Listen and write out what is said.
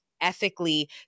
ethically